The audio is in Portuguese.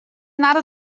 nada